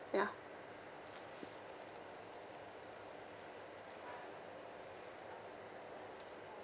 ya